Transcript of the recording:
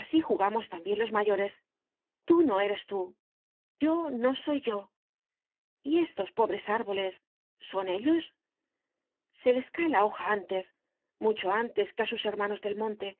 así jugamos también los mayores tú no eres tú yo no soy yo y estos pobres árboles son ellos se les cae la hoja antes mucho antes que a sus hermanos del monte